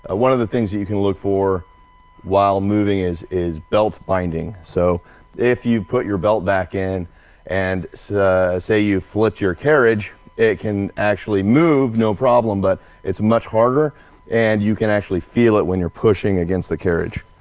ah one of the things that you can look for while moving is is belt binding. so if you put your belt back in and say say you flipped your carriage it can actually move no problem but it's much harder and you can actually feel it when you're pushing against the carriage.